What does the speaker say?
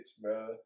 bro